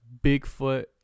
Bigfoot